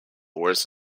worst